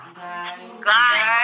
God